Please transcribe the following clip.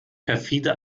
perfide